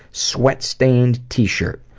sweat-stained t-shirt.